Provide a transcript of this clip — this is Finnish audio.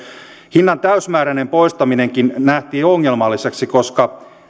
hinnan täysimääräinen poistaminenkin nähtiin ongelmalliseksi koska